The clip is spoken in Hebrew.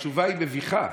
התשובה מביכה,